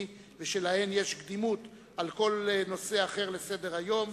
ושלהן יש קדימות לכל נושא אחר לסדר-היום,